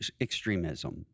extremism